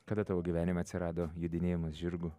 kada tavo gyvenime atsirado jodinėjimas žirgu